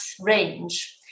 range